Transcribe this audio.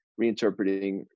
reinterpreting